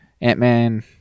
Ant-Man